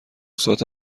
سات